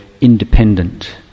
independent